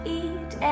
eat